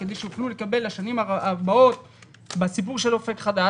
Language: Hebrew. ואני כבר לא מדבר על הסיפור של הוותק.